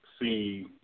see